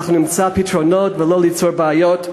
אנחנו נמצא פתרונות ולא ניצור בעיות,